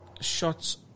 shots